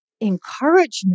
encouragement